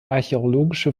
archäologische